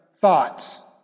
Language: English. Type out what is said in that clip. thoughts